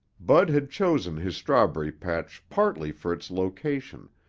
bud had chosen his strawberry patch partly for its location,